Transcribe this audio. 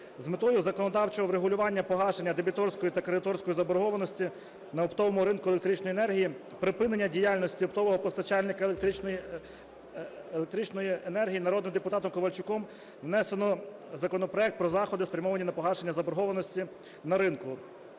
З метою законодавчого врегулювання погашення дебіторської та кредиторської заборгованості на оптовому ринку електричної енергії, припинення діяльності оптового постачальника електричної енергії народним депутатом Ковальчуком внесено законопроект про заходи, спрямовані на погашення заборгованості на ринку.